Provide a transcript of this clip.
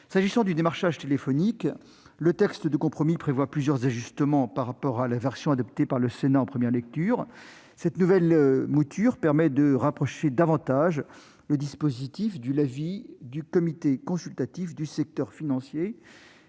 S'agissant du démarchage téléphonique, le texte de compromis prévoit plusieurs ajustements par rapport à la version adoptée par le Sénat en première lecture. Cette nouvelle mouture permet de rapprocher davantage le dispositif de l'avis du Comité consultatif du secteur financier